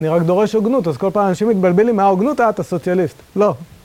אני רק דורש הוגנות, אז כל פעם אנשים מתבלבלים, מה הוגנות? אז אתה סוציאליסט. לא.